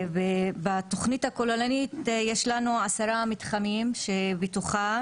בתוכנית הכוללנית יש לנו עשרה מתחמים שבתוכם